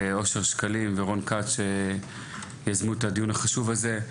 רון כץ ואושר שקלים, על שיזמו את הדיון החשוב הזה.